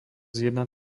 jedna